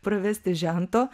pravesti žento